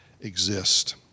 exist